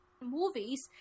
Movies